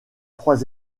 trois